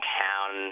town